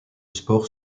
sport